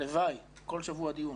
והלוואי שכל שבוע יתקיים דיון.